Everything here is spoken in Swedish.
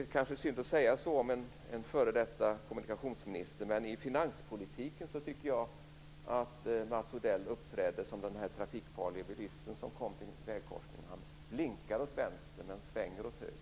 Det kanske är synd att säga detta till en f.d. kommunikationsminister, men jag tycker att Mats Odell uppträder i finanspolitiken på samma sätt som den trafikfarlige bilisten som kom till en vägkorsning - han blinkar åt vänster men svänger åt höger.